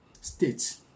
States